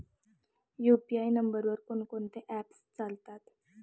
UPI नंबरवर कोण कोणते ऍप्स चालतात?